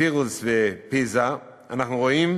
PIRLS ופיז"ה אנחנו רואים